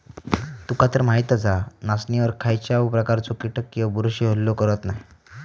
तुकातर माहीतच हा, नाचणीवर खायच्याव प्रकारचे कीटक किंवा बुरशी हल्लो करत नाय